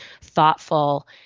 thoughtful